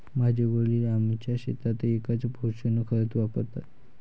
माझे वडील आमच्या शेतात एकच पोषक खत वापरतात